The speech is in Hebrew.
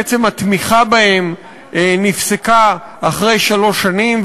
בעצם התמיכה בהם נפסקה אחרי שלוש שנים.